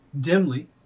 dimly